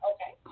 Okay